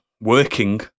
working